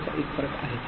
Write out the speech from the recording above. तो एक फरक आहे